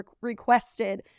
requested